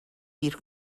دیر